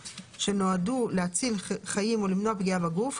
שנועדו להציל חיים או למנוע פגיעה בגוף,